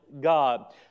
God